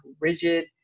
rigid